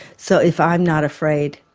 so if i am not afraid,